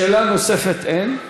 שאלה נוספת אין.